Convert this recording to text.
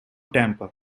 tampa